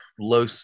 Low